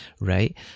right